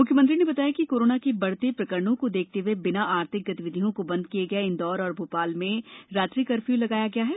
मुख्यमंत्री ने बताया कि कोरोना के बढ़ते प्रकरणों को देखते हुए बिना आर्थिक गतिविधियों को बंद किए इंदौर और भोपाल में आज से रात्रि कर्फ्यू लगाया गया है